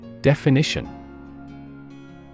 Definition